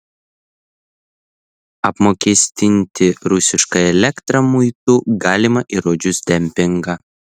apmokestinti rusišką elektrą muitu galima įrodžius dempingą